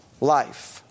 life